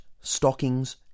stockings